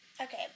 Okay